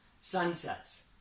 sunsets